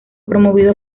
promovido